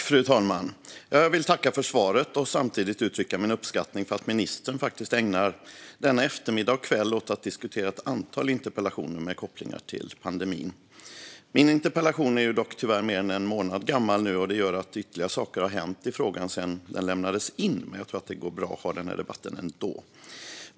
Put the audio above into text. Fru talman! Jag vill tacka för svaret och samtidigt uttrycka min uppskattning för att ministern ägnar denna eftermiddag och kväll åt att diskutera ett antal interpellationer med koppling till pandemin. Tyvärr är min interpellation mer än en månad gammal nu, vilket gör att ytterligare saker har hänt i frågan sedan den lämnades in, men jag tror att det går bra att debattera den ändå.